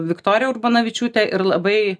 viktorija urbonavičiūtė ir labai